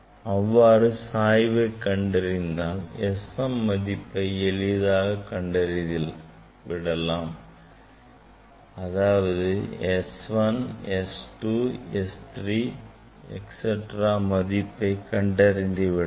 அவ்வாறு சாய்வை கண்டறிந்து விட்டால் S m மதிப்பை எளிதாக கண்டறிந்து விடலாம் அதாவது S 1 S 2 S 3 etcetera மதிப்புகளை கண்டறிந்துவிடலாம்